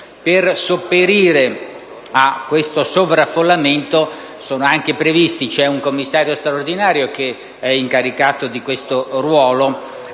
per sopperire al sovraffollamento è anche previsto - un Commissario straordinario è incaricato di questo ruolo